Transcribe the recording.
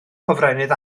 hofrennydd